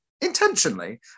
intentionally